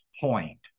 point